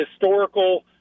historical